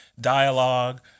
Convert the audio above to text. Dialogue